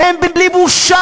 והם, בלי בושה,